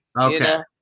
Okay